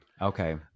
okay